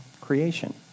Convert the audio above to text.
creation